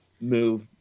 move